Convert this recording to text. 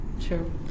Sure